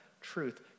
truth